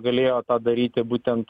galėjo tą daryti būtent